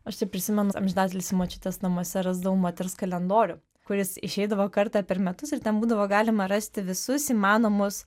aš tai prisimenu amžinatilsį močiutės namuose rasdavau moters kalendorių kuris išeidavo kartą per metus ir ten būdavo galima rasti visus įmanomus